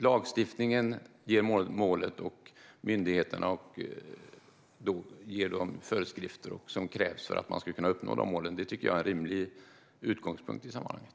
Lagstiftningen ger målen, och myndigheterna ger de föreskrifter som krävs för att målen ska kunna nås. Detta tycker jag är en rimlig utgångspunkt i sammanhanget.